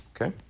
Okay